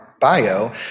bio